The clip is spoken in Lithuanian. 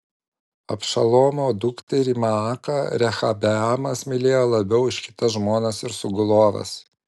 abšalomo dukterį maaką rehabeamas mylėjo labiau už kitas žmonas ir suguloves